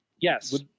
yes